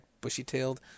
bushy-tailed